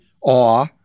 awe